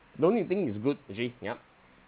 don't you think it's good actually yeah